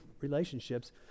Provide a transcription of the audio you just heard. relationships